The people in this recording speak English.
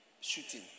Shooting